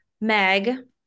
Meg